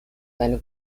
seine